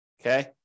Okay